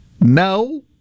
No